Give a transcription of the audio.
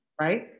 right